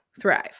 thrive